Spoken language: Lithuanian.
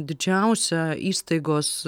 didžiausia įstaigos